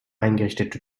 eingerichtete